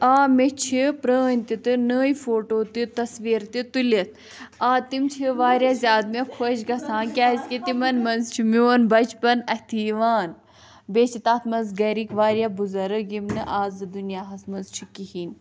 آ مےٚ چھِ پرٲنۍ تہِ تہٕ نٔے فوٹو تہِ تصویر تہٕ تُلِتھ آ تِم چھِ واریاہ زیادٕ مےٚ خۄش گژھان کیازِ کہِ تِمَن منز چھ میون بچپن اَتھٕ یوان بیٚیہِ چھِ تتھ منز گرِکۍ واریاہ بُزرگ یِم نہٕ آزٕ دُنیاہس منٛز چھِ کِہیٖنۍ